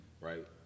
right